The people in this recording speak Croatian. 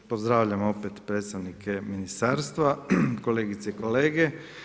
Pozdravljam opet predstavnike ministarstva, kolegice i kolege.